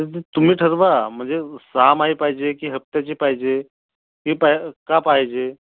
तुम्ही ठरवा म्हणजे सहामाही पाहिजे की हप्त्याची पाहिजे की पा का पाहिजे